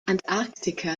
antarktika